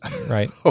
right